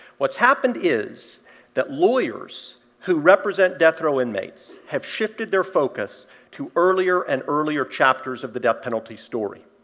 what's happened is that lawyers who represent death row inmates have shifted their focus to earlier and earlier chapters of the death penalty story.